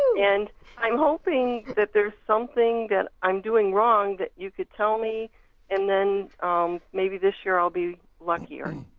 and i am hoping that there is something that i am doing wrong that you could tell me and then maybe this year i will be luckier.